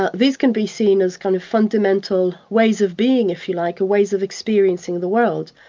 ah these can be seen as kind of fundamental ways of being if you like, ways of experiencing the world,